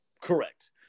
correct